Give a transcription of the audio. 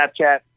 Snapchat